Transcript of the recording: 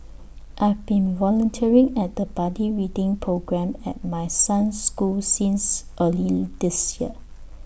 I've been volunteering at the buddy reading programme at my son's school since early this year